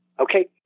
Okay